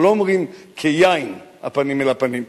אנחנו לא אומרים "כיין הפנים אל הפנים".